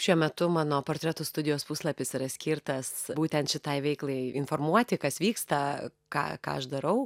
šiuo metu mano portretų studijos puslapis yra skirtas būtent šitai veiklai informuoti kas vyksta ką ką aš darau